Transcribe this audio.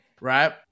Right